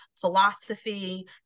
philosophy